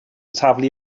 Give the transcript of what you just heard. taflu